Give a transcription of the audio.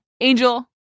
Angel